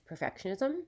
perfectionism